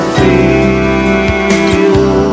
feel